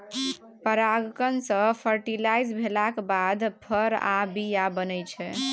परागण सँ फर्टिलाइज भेलाक बाद फर आ बीया बनै छै